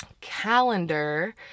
calendar